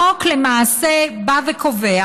החוק למעשה בא וקובע